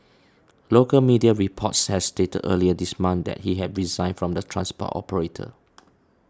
local media reports had stated earlier this month that he had resigned from the transport operator